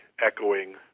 echoing